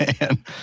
man